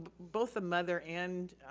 both the mother and,